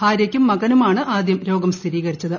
ഭാര്യയ്ക്കും മകനുമാണ് ആദ്യം രോഗം സ്ഥിരീകരിച്ചത്